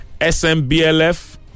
SMBLF